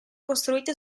costruite